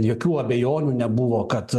jokių abejonių nebuvo kad